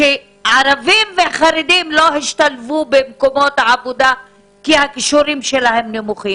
שערבים וחרדים לא השתלבו במקומות העבודה כי הכישורים שלהם נמוכים,